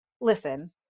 Listen